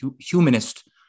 humanist